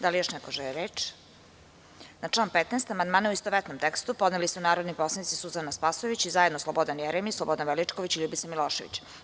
Da li još neko želi reč? (Ne) Na član 15. amandmane, u istovetnom tekstu, podneli su narodni poslanici Suzana Spasojević i zajedno Slobodan Jeremić, Slobodan Veličković i Ljubica Milošević.